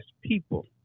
people